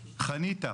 חניתה.